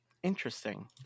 Interesting